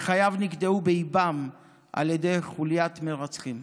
שחייו נגדעו באיבם על ידי חוליית מרצחים.